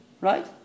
right